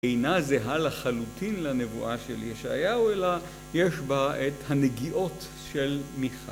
אינה זהה לחלוטין לנבואה של ישעיהו, אלא יש בה את הנגיעות של מיכאל.